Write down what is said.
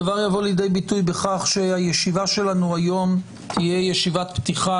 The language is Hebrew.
הדבר יבוא לידי ביטוי בכך שישיבתנו היום תהיה ישיבת פתיחה